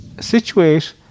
situate